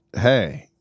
hey